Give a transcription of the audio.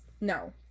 no